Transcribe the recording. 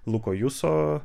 luko juso